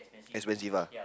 expensive ya